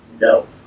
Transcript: no